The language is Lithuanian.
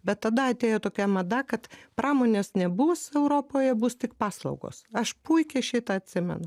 bet tada atėjo tokia mada kad pramonės nebus europoje bus tik paslaugos aš puikiai šitą atsimenu